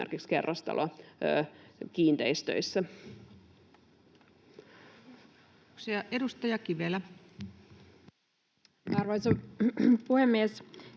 esimerkiksi kerrostalokiinteistöissä. Kiitoksia. — Edustaja Kivelä. Arvoisa puhemies!